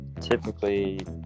Typically